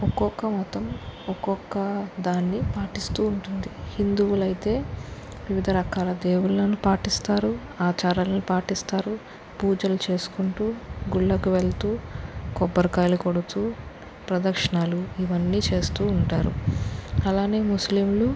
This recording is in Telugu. ఒక్కొక్క మతం ఒక్కొక్క దాన్ని పాటిస్తూ ఉంటుంది హిందువులైతే వివిధ రకాల దేవుళ్ళను పాటిస్తారు ఆచారాలను పాటిస్తారు పూజలు చేసుకుంటూ గుళ్ళకు వెళ్తూ కొబ్బరికాయలు కొడుతూ ప్రదక్షిణలు ఇవన్నీ చేస్తూ ఉంటారు అలాగే ముస్లింలు